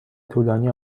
طولانی